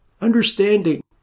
understanding